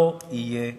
לא יהיה עני.